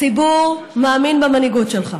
הציבור מאמין במנהיגות שלך.